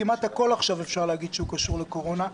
כמעט הכול אפשר להגיד עכשיו שהוא קשור לקורונה.